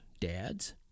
dads